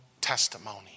testimony